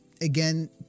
again